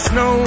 no